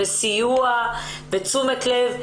סיוע ותשומת לב.